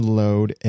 load